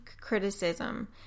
criticism